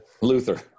Luther